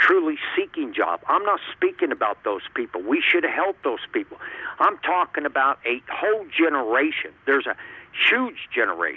truly seeking jobs i'm not speaking about those people we should help those people i'm talking about a whole generation there's a huge generat